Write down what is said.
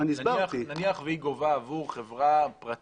נניח שהיא גובה עבור חברה פרטית,